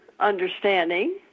understanding